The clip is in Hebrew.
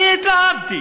אני התלהמתי.